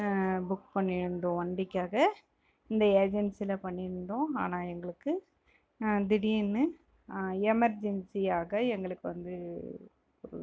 book பண்ணியிருந்தோம் வண்டிக்காக இந்த ஏஜென்சியில் பண்ணியிருந்தோம் ஆனால் எங்களுக்கு திடீரென்னு எமெர்ஜென்சியாக எங்களுக்கு வந்து